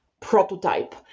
prototype